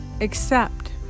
accept